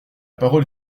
parole